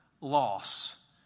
loss